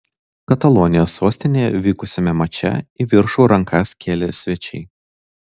katalonijos sostinėje vykusiame mače į viršų rankas kėlė svečiai